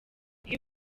iyo